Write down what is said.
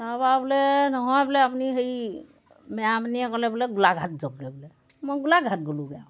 তাৰপৰা বোলে নহয় বোলে আপুনি হেৰি মেৰাপানীয়ে গ'লে বোলে গোলাঘাট যাওকগৈ বোলে মই গোলাঘাট গ'লোঁগৈ আৰু